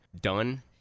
done